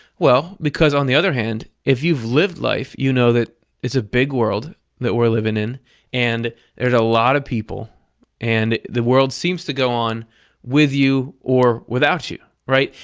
well, because on the other hand if you've lived life you know that it's a big world that we're living in and there's a lot of people and the world seems to go on with you or without you. right?